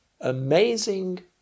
Amazing